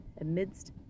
amidst